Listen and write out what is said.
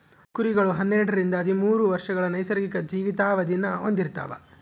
ಕುರಿಗಳು ಹನ್ನೆರಡರಿಂದ ಹದಿಮೂರು ವರ್ಷಗಳ ನೈಸರ್ಗಿಕ ಜೀವಿತಾವಧಿನ ಹೊಂದಿರ್ತವ